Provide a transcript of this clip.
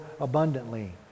abundantly